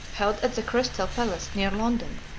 held at the crystal palace, near london,